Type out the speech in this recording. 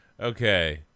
Okay